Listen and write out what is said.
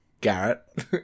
Garrett